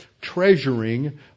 treasuring